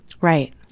Right